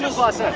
yeah was and